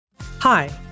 Hi